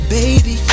baby